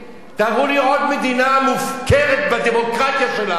תראו לי עוד מדינה מופקרת בדמוקרטיה שלה,